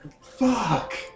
Fuck